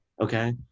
okay